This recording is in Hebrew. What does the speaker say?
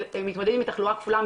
הלאה.